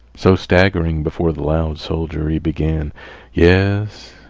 so, staggering before the loud soldier, he began yes,